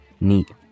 Neat